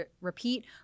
repeat